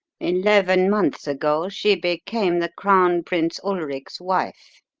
eleven months ago she became the crown prince ulric's wife.